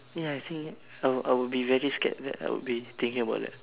ya I think I'll I'll be very scared that I would be thinking about that